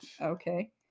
Okay